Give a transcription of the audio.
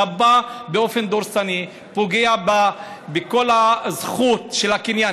אתה בא באופן דורסני, פוגע בכל הזכות של הקניין.